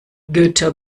götter